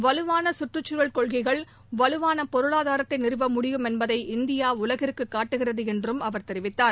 வலுவான கற்றுச்சூழல் கொள்கைகள் வலுவான பொருளாதார நிறுவ முடியும் என்பதை இந்தியா உலகிற்கு காட்டுகிறது என்றும் அவர் தெரிவித்தார்